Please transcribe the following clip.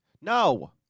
No